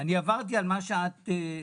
אני עברתי על מה שאת הפצת,